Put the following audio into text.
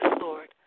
Lord